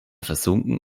versunken